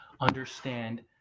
understand